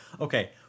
Okay